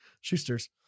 Schuster's